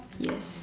yes